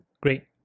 great